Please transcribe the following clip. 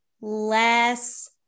less